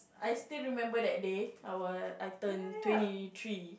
I still remember that day I was I turn twenty three